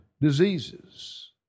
diseases